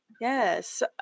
Yes